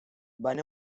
van